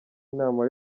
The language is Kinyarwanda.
inama